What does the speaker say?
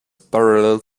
parallel